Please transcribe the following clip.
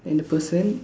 and the person